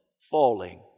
falling